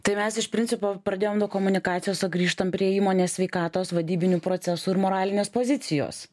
tai mes iš principo pradėjom nuo komunikacijos o sugrįžtam prie įmonės sveikatos vadybinių procesų ir moralinės pozicijos